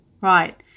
right